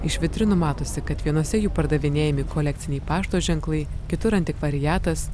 iš vitrinų matosi kad vienose jų pardavinėjami kolekciniai pašto ženklai kitur antikvariatas